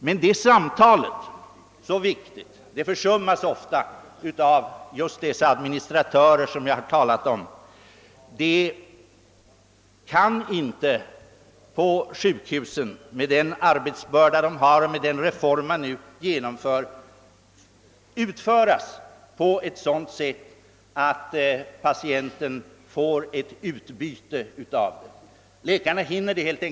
Men detta samtal som är så viktigt försummas ofta av just dessa administratörer som jag talat om. Till följd av arbetsbördan på sjukhusen och den reform som nu skall genomföras kommer man inte att kunna fullgöra denna uppgift på ett sådant sätt att patienten får utbyte av det. Läkarna hinner inte.